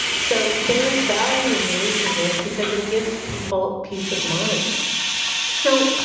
so there is value in releasing this because it gives people peace of mind so